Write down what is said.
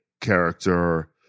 character